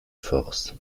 force